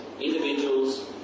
Individuals